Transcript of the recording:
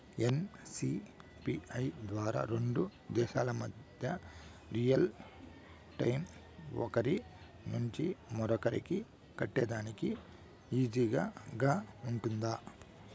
NCPI ద్వారా రెండు దేశాల మధ్య రియల్ టైము ఒకరి నుంచి ఒకరికి కట్టేదానికి ఈజీగా గా ఉంటుందా?